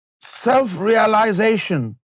Self-realization